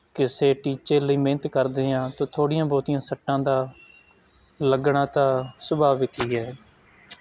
ਕਿਸੇ ਟੀਚੇ ਲਈ ਮਿਹਨਤ ਕਰਦੇ ਹਾਂ ਤਾਂ ਥੋੜ੍ਹੀਆਂ ਬਹੁਤੀਆਂ ਸੱਟਾਂ ਦਾ ਲੱਗਣਾ ਤਾਂ ਸੁਭਾਵਿਕ ਹੀ ਹੈ